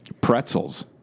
pretzels